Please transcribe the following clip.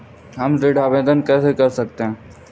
हम ऋण आवेदन कैसे कर सकते हैं?